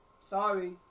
Sorry